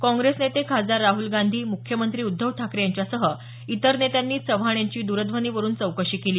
काँग्रेस नेते खासदार राहल गांधी मुख्यमंत्री उद्धव ठाकरे यांच्यासह इतर नेत्यांनी चव्हाण यांच्या द्रध्वनीवरुन चौकशी केली